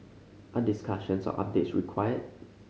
are discussions or updates required